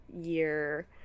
year